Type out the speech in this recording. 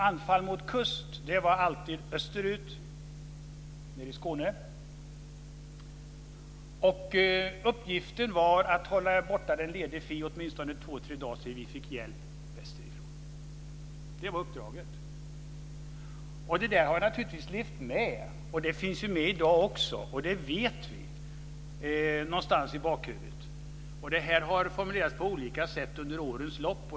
"Anfall mot kust" var alltid österut, nere i Skåne. Uppgiften var att hålla borta den lede fi åtminstone två tre dagar, tills vi fick hjälp västerifrån. Det var uppdraget. Det där har naturligtvis levt med. Det finns med i dag också, någonstans i bakhuvudet. Det vet vi. Det har formulerats på olika sätt under årens lopp.